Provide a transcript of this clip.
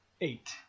Eight